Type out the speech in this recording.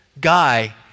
guy